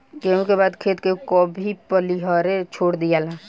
गेंहू के बाद खेत के कभी पलिहरे छोड़ दियाला